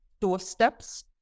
doorsteps